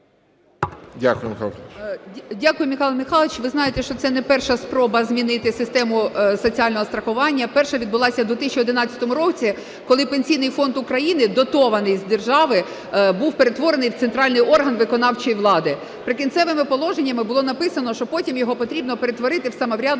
Дякую, Михайле Михайловичу. Ви знаєте, що це не перша спроба змінити систему соціального страхування. Перша відбувалася в 2011 році, коли Пенсійний фонд України дотований з держави, був перетворений в центральний орган виконавчої влади. "Прикінцевими положеннями" було написано, що потім його потрібно перетворити в самоврядну